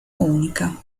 unica